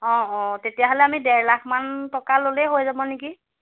অঁ অঁ তেতিয়াহ'লে আমি ডেৰ লাখ মান টকা ল'লেই হৈ যাব নেকি